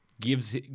gives